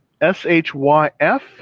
S-H-Y-F